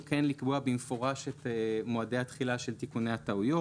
כן לקבוע במפורש את מועדי התחילה של תיקוני הטעויות.